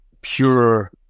pure